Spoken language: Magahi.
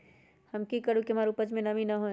हम की करू की हमार उपज में नमी होए?